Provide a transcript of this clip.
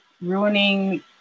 ruining